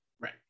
Right